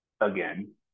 again